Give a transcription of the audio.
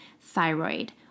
thyroid